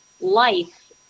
life